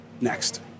next